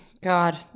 God